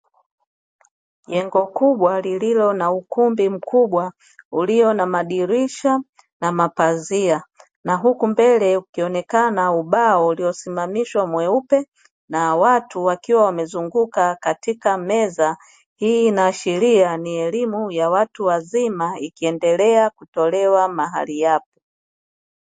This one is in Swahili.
Jengo kubwa lililo na ukumbi mkubwa lililo na madirisha na mapazia, na huku mbele ukionekana ubao uliosimamishwa mweupe na watu wakiwa wamezunguka katika meza. Hii inaashiria ni elimu ya watu wazima ikiendelea kutolewa mahali hapa.